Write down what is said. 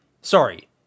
sorry